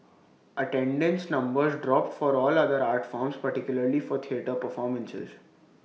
attendance numbers dropped for all other art forms particularly for theatre performances